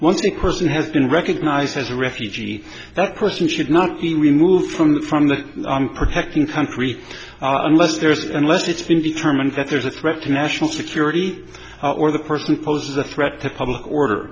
the person has been recognized as a refugee that person's should not be removed from the from the protecting country unless there's unless it's been determined that there's a threat to national security or the person poses a threat to public order